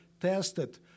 tested